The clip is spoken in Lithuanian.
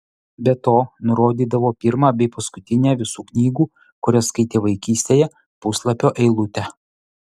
be to nurodydavo pirmą bei paskutinę visų knygų kurias skaitė vaikystėje puslapio eilutę